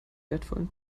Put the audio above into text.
wertvollen